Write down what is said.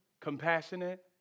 compassionate